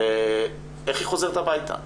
איך היא חוזרת הביתה?